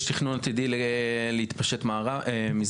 יש תכנון עתידי להתפשט מזרחה?